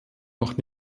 noch